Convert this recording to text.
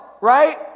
right